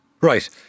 Right